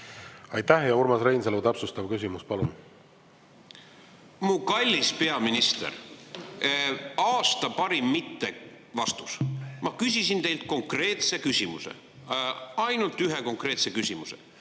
Aitäh! Urmas Reinsalu, täpsustav küsimus, palun! Mu kallis peaminister! Aasta parim mittevastus! Ma küsisin teilt konkreetse küsimuse, ainult ühe konkreetse küsimuse: